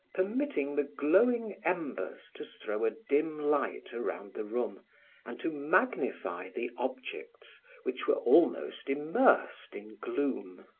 permitting the glowing embers to throw a dim light around the room and to magnify the objects which were almost immersed in gloom.